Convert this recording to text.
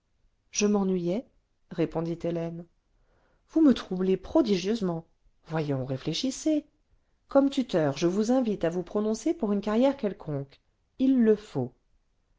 je m'ennuyais répondit hélène vous me troublez prodigieusement voyons réfléchissez comme tuteur je vous invite à vous prononcer pour une carrière quelconque il le faut